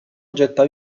getta